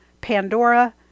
Pandora